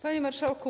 Panie Marszałku!